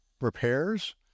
repairs